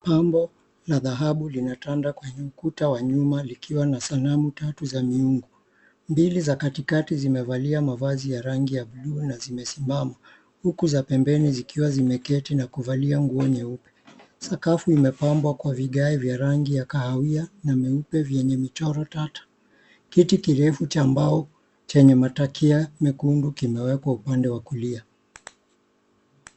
Pambo la dhahabu linatanda kwenye ukuta wa nyuma likiwa na sanamu tatu za miungu. Mbili za katikati zimevalia mavazi ya rangi ya buluu na zimesimama huku za pembeni zikiwa zimeketi na kuvalia nguo nyeupe. Sakafu imepambwa kwa vigae vya rangi ya kahawia na meupe vyenye michoro tata. Kiti kirefu cha mbao chenye matakia mekundu kimewekwa upande wa kulia.